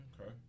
okay